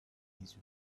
his